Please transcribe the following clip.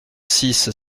six